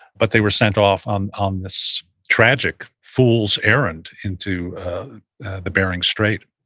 but they were sent off on on this tragic fool's errand into the bering strait